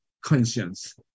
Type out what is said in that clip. conscience